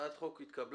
הצעת החוק התקבלה,